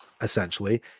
essentially